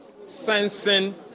Sensing